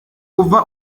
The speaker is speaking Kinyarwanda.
kuva